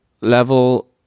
level